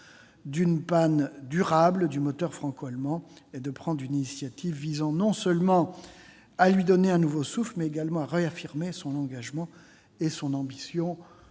d'une panne durable du moteur franco-allemand et de prendre une initiative visant non seulement à lui donner un nouveau souffle, mais également à réaffirmer son engagement et son ambition pour